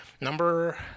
Number